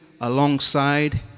alongside